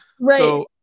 Right